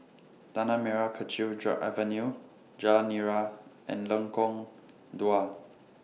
Tanah Merah Kechil Avenue Jalan Nira and Lengkong Dua